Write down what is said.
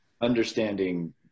understanding